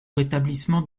rétablissement